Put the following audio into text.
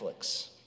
Netflix